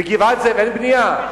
בגבעת-זאב אין בנייה?